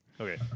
Okay